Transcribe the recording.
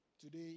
Today